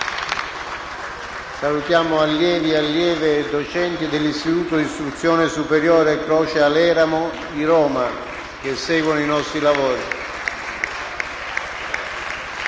salutiamo allievi, allieve e docenti dell'Istituto di istruzione superiore «Croce-Aleramo» di Roma, che seguono i nostri lavori.